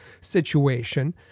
situation